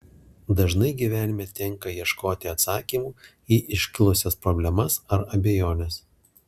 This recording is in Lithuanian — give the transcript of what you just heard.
dažnai gyvenime tenka ieškoti atsakymų į iškilusias problemas ar abejones